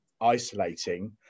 isolating